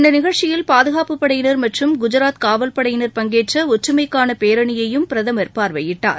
இந்த நிகழ்ச்சியில் பாதுகாப்புப் படையினர் மற்றும் குஜராத் காவல் படையினர் பங்கேற்ற ஒற்றுமைக்கான பேரணியையும் பிரதமர் பார்வையிட்டார்